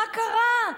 מה קרה?